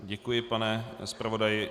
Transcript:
Děkuji, pane zpravodaji.